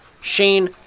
Shane